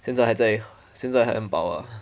现在还在现在还很饱 ah